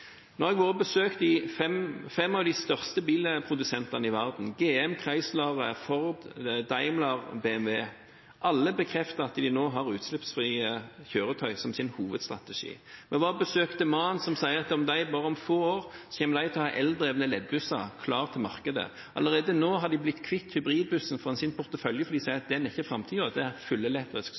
har vært og besøkt fem av de største bilprodusentene i verden – GM, Chrysler, Ford, Daimler og BMW. Alle bekrefter at de nå har utslippsfrie kjøretøy som sin hovedstrategi. Vi var og besøkte MAN, som sier at om bare få år kommer de til å ha eldrevne leddbusser klar for markedet. Allerede nå har de blitt kvitt hybridbussen fra sin portefølje, for de sier at den ikke er framtiden. Det er fullelektrisk det